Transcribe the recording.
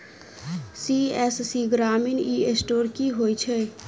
CSC Grameen e store की होइ छै?